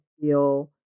feel